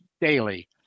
daily